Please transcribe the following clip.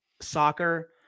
soccer